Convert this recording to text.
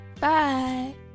Bye